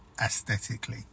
Aesthetically